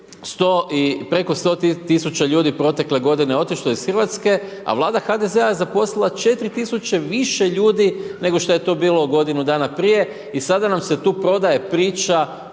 preko 100 tisuća ljudi je protekle g. otišlo iz Hrvatske, a Vlada HDZ-a je zaposlila 4000 više ljudi, nego što je to bilo godinu dana prije i sada nam se tu prodaje priča